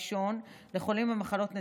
הראשון, עם חולים במחלות נדירות,